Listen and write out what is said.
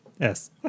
yes